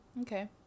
Okay